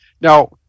Now